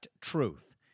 Truth